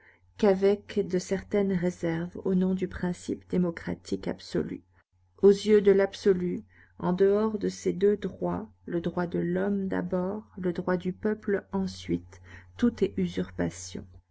qu'avec de certaines réserves au nom du principe démocratique absolu aux yeux de l'absolu en dehors de ces deux droits le droit de l'homme d'abord le droit du peuple ensuite tout est usurpation